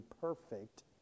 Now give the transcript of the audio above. perfect